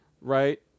right